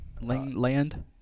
land